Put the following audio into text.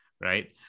right